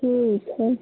ठीक है